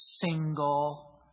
single